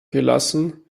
gelassen